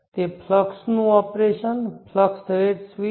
તે ફ્લક્સ નું operation flux rate switch